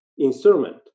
instrument